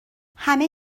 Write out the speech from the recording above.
همه